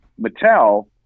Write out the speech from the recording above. Mattel